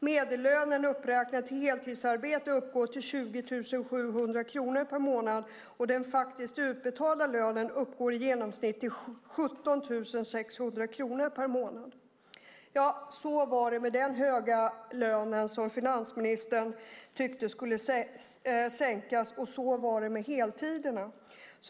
Medellönen uppräknad till heltidsarbete uppgår till 20 700 kronor per månad och den faktiskt utbetalda lönen uppgår i genomsnitt till 17 600 kronor per månad." Så var det med den höga lönen, som finansministern tyckte skulle sänkas, och så var det med heltiderna.